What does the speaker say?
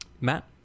Matt